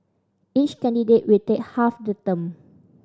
each candidate will take half the term